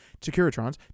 Securitrons